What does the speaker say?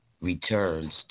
returns